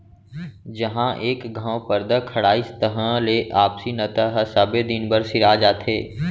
जहॉं एक घँव परदा खड़ाइस तहां ले आपसी नता ह सबे दिन बर सिरा जाथे